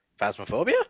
phasmophobia